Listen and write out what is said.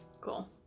Cool